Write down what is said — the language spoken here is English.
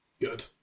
Good